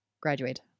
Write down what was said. graduate